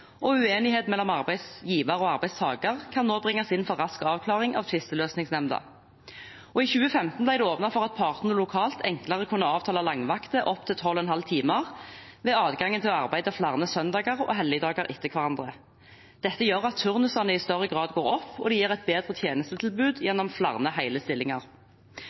og uenighet mellom arbeidsgiver og arbeidstaker kan nå bringes inn for rask avklaring i Tvisteløsningsnemnda. I 2015 ble det åpnet for at partene lokalt enklere kunne avtale langvakter opp til 12,5 timer, ved adgang til å arbeide flere søn- og helligdager etter hverandre. Dette gjør at turnusene i større grad går opp, og det gir et bedre tjenestetilbud gjennom flere hele stillinger.